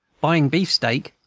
buying beefsteak,